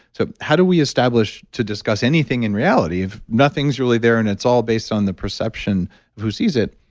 so how do we establish to discuss anything in reality if nothing's really there and it's all based on the perception of who sees it,